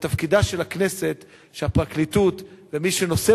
ותפקידה של הכנסת הוא שהפרקליטות ומי שנושא